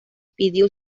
pidió